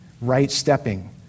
right-stepping